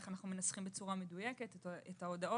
איך אנחנו מנסחים בצורה מדויקת את ההודעות.